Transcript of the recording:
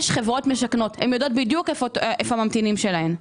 יש חברות משכנות והן יודעות בדיוק היכן הממתינים שלהן.